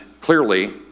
clearly